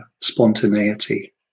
spontaneity